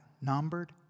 numbered